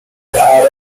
arab